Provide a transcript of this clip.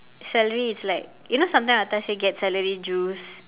celery is like you know sometimes ata says get celery juice